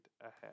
ahead